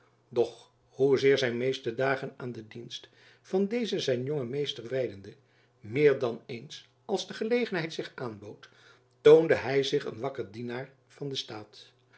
doch hoezeer zijn meeste dagen aan de dienst van dezen zijn jongen meester wijdende meer dan eens als de gelegenheid zich aanbood toonde hy zich een wakker dienaar van den staat